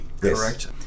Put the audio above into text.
correct